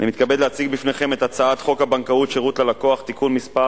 אני מתכבד להציג בפניכם את הצעת חוק הבנקאות (שירות ללקוח) (תיקון מס'